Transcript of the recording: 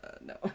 No